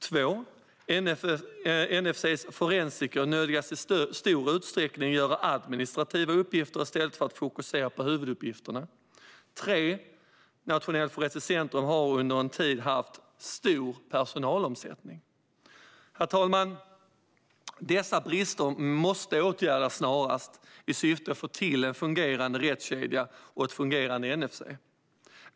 NFC:s forensiker nödgas i stor utsträckning göra administrativa uppgifter i stället för att fokusera på huvuduppgifterna. NFC har under en tid haft stor personalomsättning. Riksrevisionens rapport om Polisens forensiska organi-sation Herr talman! Dessa brister måste åtgärdas snarast i syfte att få till en fungerande rättskedja och ett fungerande NFC.